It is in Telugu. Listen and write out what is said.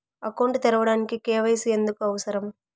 అకౌంట్ తెరవడానికి, కే.వై.సి ఎందుకు అవసరం?